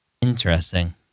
Interesting